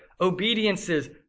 obediences